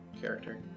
character